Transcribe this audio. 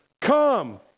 come